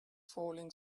falling